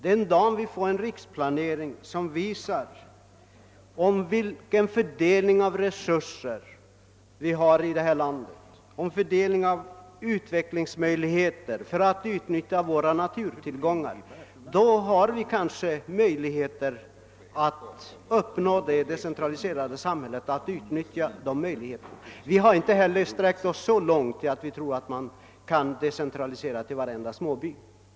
Den dag vi får en riksplanering, som visar resursfördelningen i vårt land liksom utvecklingsmöjligheterna beträffande utnyttjandet av våra naturtillgångar har vi kanske också förutsättningar att uppnå en sådan decentralisering av samhället som behövs för att dessa tillgångar skall kunna exploateras. Vi har inte heller sträckt oss så långt att vi tror att decentraliseringen kan komma att gälla varje liten by.